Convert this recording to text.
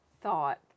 thought